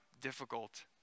difficult